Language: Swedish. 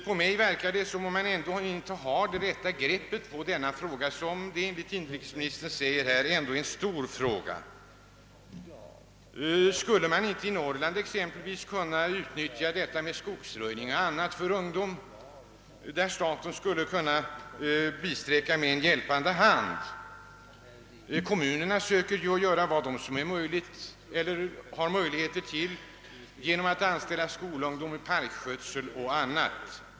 På mig verkar det dock som man från regeringen ännu inte har det rätta greppet på denna fråga, som enligt inrikesministerns svar ändå är en stor fråga. Skulle man inte exempelvis i Norrland kunna använda ungdomar för skogsröjning och annat, varvid staten kunde bisträcka med en hjälpande hand? Kommunerna söker göra vad de har möjlighet till genom att anställa skolungdom till parkskötsel o. d.